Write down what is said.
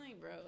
bro